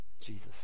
Jesus